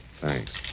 Thanks